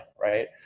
right